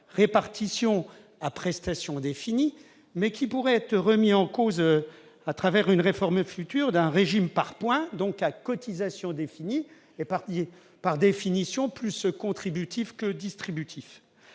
répartition à prestations définies, mais qui pourraient être remises en cause dans une réforme future, par un régime par points, donc à cotisations définies, plus contributif que redistributif.